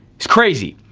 it's crazy.